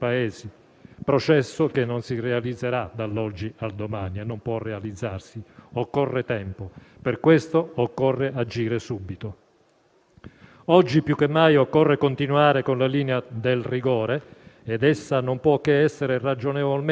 Oggi più che mai occorre continuare con la linea del rigore ed essa non può che essere ragionevolmente sostenuta da tutti. Chi non lo fa probabilmente desidera solo continuare a fare propaganda politica a danno degli italiani.